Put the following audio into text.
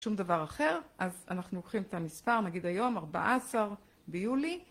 שום דבר אחר, אז אנחנו לוקחים את המספר, נגיד היום 14 ביולי.